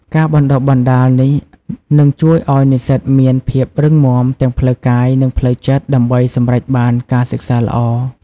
ការបណ្ដុះបណ្ដាលនេះនឹងជួយឱ្យនិស្សិតមានភាពរឹងមាំទាំងផ្លូវកាយនិងផ្លូវចិត្តដើម្បីសម្រេចបានការសិក្សាល្អ។